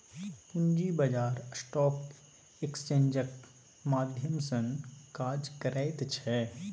पूंजी बाजार स्टॉक एक्सेन्जक माध्यम सँ काज करैत छै